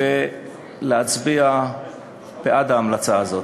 להצביע בעד ההמלצה הזאת.